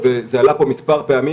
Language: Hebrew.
אני רוצה להגיד בהיבט של משרד האנרגיה,